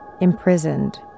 imprisoned